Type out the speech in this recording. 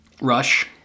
rush